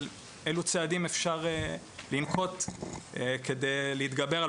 אילו צעדים אפשר לנקוט כדי להתגבר על